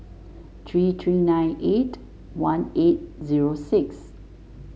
three three nine eight one eight zero six